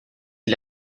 die